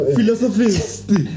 Philosophy